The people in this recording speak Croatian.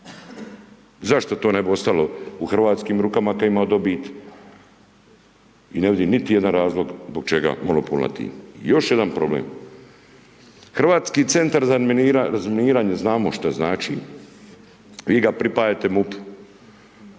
Zašto to ne bi ostalo u hrvatskim rukama, te imali dobit i ne vidim niti jedan razlog zbog čega monopol nad tim. I još jedan problem, Hrvatski centar za razminiranje, znamo što znači, vi ga pripajate MUP-u.